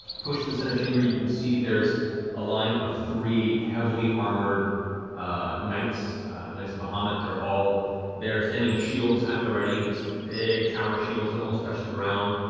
push to the central chamber, you can see there's a line of three heavily armored ah knights knights of bahamut that are all there, standing shields at the ready, big tower shields that almost touch the ground.